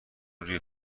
روی